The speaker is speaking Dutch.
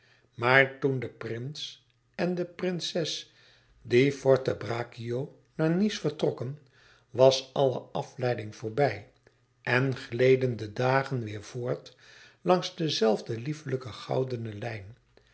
maar toen de prins en de prinses di forte braccio naar nice vertrokken was alle afleiding voorbij en gleden de dagen weêr voort langs de zelfde lieflijke goudene lijn